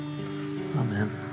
Amen